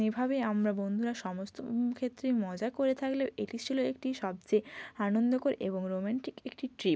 এভাবেই আমরা বন্ধুরা সমস্ত ক্ষেত্রে মজা করে থাকলেও এটি ছিলো একটি সবচেয়ে আনন্দকর এবং রোম্যান্টিক একটি ট্রিপ